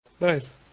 Nice